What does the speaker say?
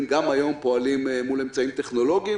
גם היום פועלים מול אמצעים טכנולוגיים.